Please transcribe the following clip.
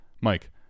Mike